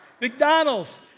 McDonald's